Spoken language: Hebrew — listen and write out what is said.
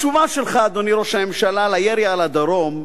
התשובה שלך, אדוני ראש הממשלה, לירי על הדרום,